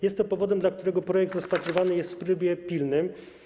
Jest to powodem, dla którego projekt rozpatrywany jest w trybie pilnym.